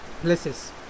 places